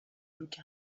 روکه